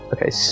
Okay